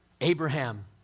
Abraham